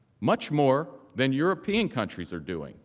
much more than european countries are doing